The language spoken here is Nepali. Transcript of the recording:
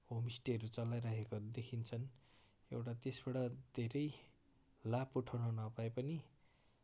होमस्टेहरू चलाइरहेको देखिन्छन् एउटा त्यसबाट धेरै लाभ उठाउन नपाए पनि